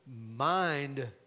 mind